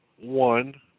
one